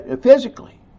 physically